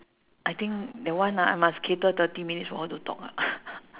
I think that one ah I must cater thirty minutes for her to talk ah